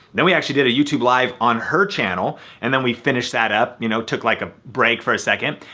then we actually did a youtube live on her channel and then we finished that up, you know took like a break for a second,